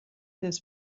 this